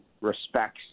respects